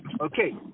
Okay